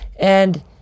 And-